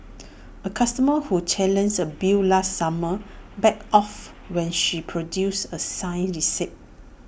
A customer who challenged A bill last summer backed off when she produced A signed receipt